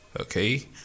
okay